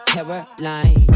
Caroline